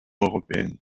européenne